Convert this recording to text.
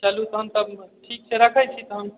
चलू तखन तऽ ठीक छै रखै छी तखन